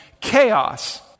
chaos